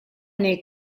nel